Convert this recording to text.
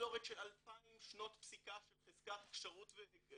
מסורת של אלפיים שנות פסיקה של חזקת כשרות ונאמנות.